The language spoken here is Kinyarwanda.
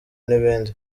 n’ibindi